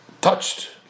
touched